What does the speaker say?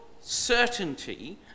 certainty